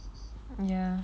ya